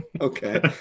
Okay